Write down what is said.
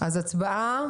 אז הצבעה.